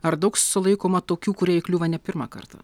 ar daug sulaikoma tokių kurie įkliūva ne pirmą kartą